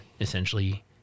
essentially